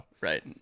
Right